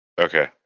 okay